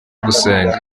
gusenga